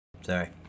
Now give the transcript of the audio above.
Sorry